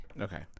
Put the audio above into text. Okay